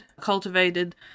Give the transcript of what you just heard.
cultivated